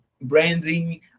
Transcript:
branding